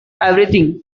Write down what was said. everything